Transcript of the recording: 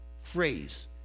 phrase